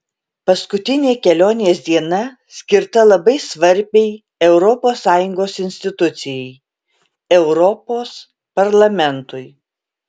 paskutinė kelionės diena skirta labai svarbiai europos sąjungos institucijai europos parlamentui